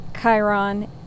Chiron